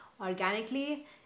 organically